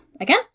again